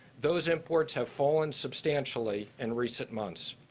those imports have fallen substantially in recent months.